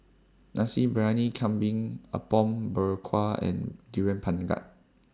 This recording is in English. Nasi Briyani Kambing Apom Berkuah and Durian Pengat